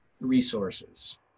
resources